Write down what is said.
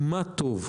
מה טוב.